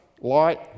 light